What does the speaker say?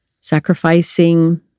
sacrificing